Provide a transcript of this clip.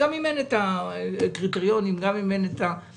גם אם אין את הקריטריונים ואין את התקנות.